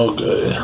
Okay